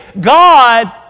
God